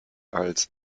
als